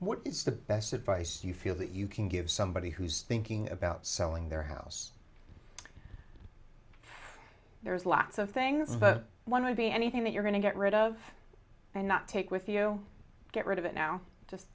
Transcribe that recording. what is the best advice you feel that you can give somebody who's thinking about selling their house there's lots of things that want to be anything that you're going to get rid of and not take with you get rid of it now